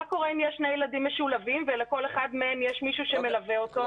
מה קורה אם יש שני ילדים משולבים ולכל אחד מהם יש מישהו שמלווה אותו?